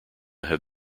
have